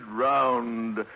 round